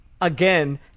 again